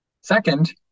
Second